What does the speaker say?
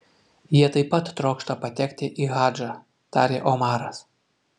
jie taip pat trokšta patekti į hadžą tarė omaras